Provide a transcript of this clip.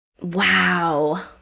Wow